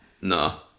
No